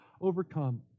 overcome